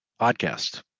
podcast